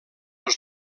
els